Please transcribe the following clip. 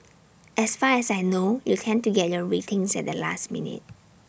as far as I know you tend to get your ratings at the last minute